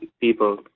people